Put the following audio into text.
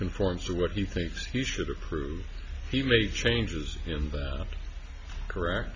conforms to what he thinks he should approve he made changes in correct